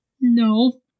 No